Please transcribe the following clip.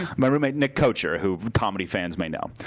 my roommate, nick kocher, who comedy fans may no.